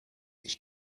ich